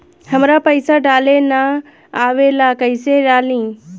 हमरा पईसा डाले ना आवेला कइसे डाली?